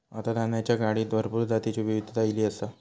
आता धान्याच्या गाडीत भरपूर जातीची विविधता ईली आसा